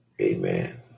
Amen